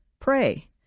pray